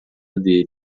dele